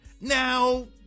Now